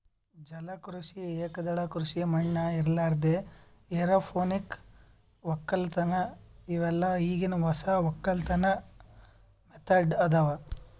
ಜಲ ಕೃಷಿ, ಏಕದಳ ಕೃಷಿ ಮಣ್ಣ ಇರಲಾರ್ದೆ ಎರೋಪೋನಿಕ್ ವಕ್ಕಲತನ್ ಇವೆಲ್ಲ ಈಗಿನ್ ಹೊಸ ವಕ್ಕಲತನ್ ಮೆಥಡ್ ಅದಾವ್